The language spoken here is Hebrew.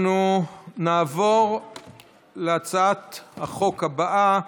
אנחנו נעבור להצעת החוק הבאה,